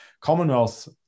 commonwealth